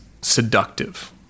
seductive